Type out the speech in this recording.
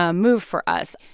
ah move for us.